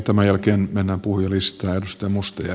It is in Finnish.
tämän jälkeen mennään puhujalistaan